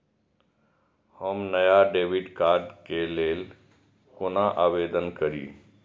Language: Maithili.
हम नया डेबिट कार्ड के लल कौना आवेदन करि?